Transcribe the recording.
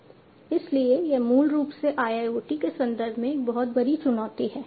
इसलिए यह मूल रूप से IIoT के संदर्भ में एक बहुत बड़ी चुनौती है